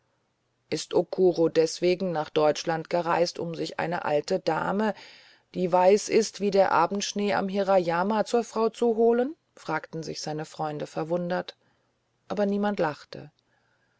ist okuro deswegen nach deutschland gereist um sich eine alte dame die weiß ist wie der abendschnee am hirayama zur frau zu holen fragten sich seine freunde verwundert aber niemand lachte